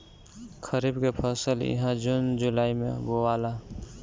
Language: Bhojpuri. खरीफ के फसल इहा जून जुलाई में बोआला